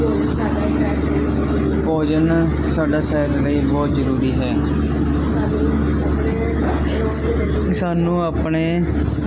ਭੋਜਨ ਸਾਡੀ ਸਿਹਤ ਲਈ ਬਹੁਤ ਜ਼ਰੂਰੀ ਹੈ ਸਾਨੂੰ ਆਪਣੇ